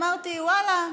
אמרתי: ואללה,